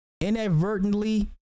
inadvertently